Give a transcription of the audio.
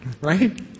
Right